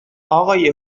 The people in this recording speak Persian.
اقای